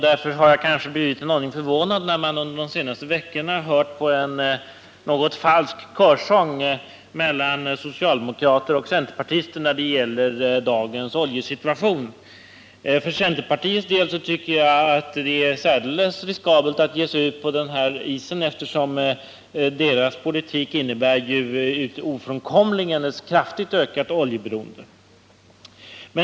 Därför har jag blivit en aning förvånad, när jag under de senaste veckorna kunnat lyssna på en något falsk körsång av socialdemokrater och centerpartister om dagens oljesituation. För centerpartiets del är det särskilt riskabelt att ge sig ut på denna is, eftersom deras politik ju ofrånkomligen innebär ett kraftigt ökat oljeberoende.